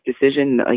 decision